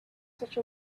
such